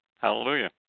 hallelujah